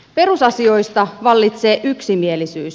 perusasioista vallitsee yksimielisyys